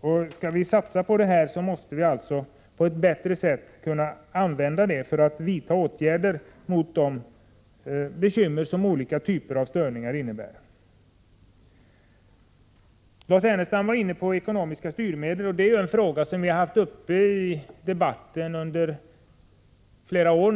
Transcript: Om vi skall satsa på dessa kontrollprogram måste vi på ett bättre sätt använda dem för att vidta åtgärder mot de bekymmer som olika typer av störningar innebär. Lars Ernestam var inne på frågan om ekonomiska styrmedel, och det är en fråga som vi har haft uppe i debatten under flera år.